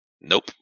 Nope